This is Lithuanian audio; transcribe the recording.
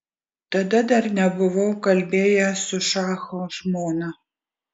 tada dar nebuvau kalbėjęs su šacho žmona